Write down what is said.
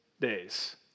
days